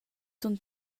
sun